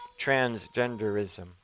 transgenderism